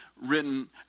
written